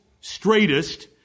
straightest